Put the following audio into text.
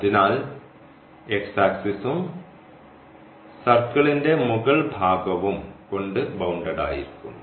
അതിനാൽ x ആക്സിസും സർക്കിളിന്റെ മുകൾ ഭാഗവും കൊണ്ട് ബൌണ്ടഡ് ആയിരിക്കുന്നു